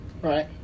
Right